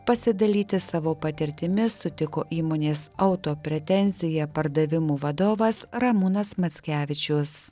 pasidalyti savo patirtimi sutiko įmonės auto pretenzija pardavimų vadovas ramūnas mackevičius